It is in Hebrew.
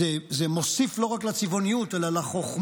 זה מוסיף לא רק לצבעוניות אלא לחוכמה,